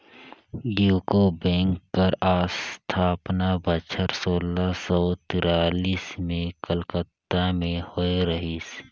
UCO bank कर असथापना बछर सोला सव तिरालिस में कलकत्ता में होए रहिस